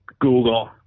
Google